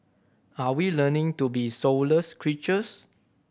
are we learning to be soulless creatures